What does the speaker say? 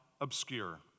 obscure